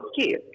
Okay